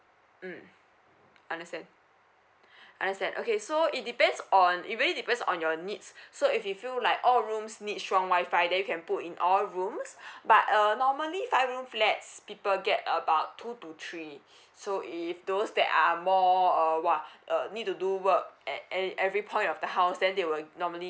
mm understand understand okay so it depends on it really depends on your needs so if you feel like all rooms need strong wi-fi then you can put in all rooms but uh normally five room flats people get about two to three so if those that are more uh !wah! uh need to do work at ev~ every point of the house then they will normally